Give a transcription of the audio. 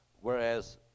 Whereas